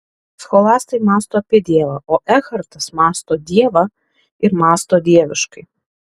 scholastai mąsto apie dievą o ekhartas mąsto dievą ir mąsto dieviškai